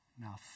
Now